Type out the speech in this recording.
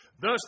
Thus